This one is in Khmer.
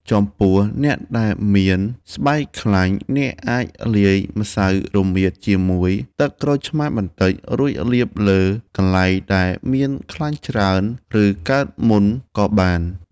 ចំពោះអ្នកដែលមានស្បែកខ្លាញ់ អ្នកអាចលាយម្សៅរមៀតជាមួយទឹកក្រូចឆ្មារបន្តិច រួចលាបលើកន្លែងដែលមានខ្លាញ់ច្រើន ឬកើតមុនក៏បាន។